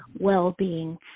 well-being